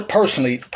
personally